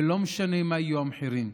ולא משנה מה יהיו המחירים.